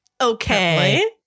okay